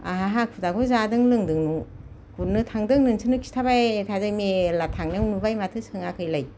आंहा हाखु दाखु जादों लोंदों गुरनो थांदों नोंसोरनो खिथाबाय थाजायो मेरला थांनायाव नुबाय माथो सोङाखैलाय